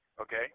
Okay